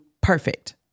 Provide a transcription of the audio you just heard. perfect